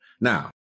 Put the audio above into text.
Now